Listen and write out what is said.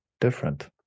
different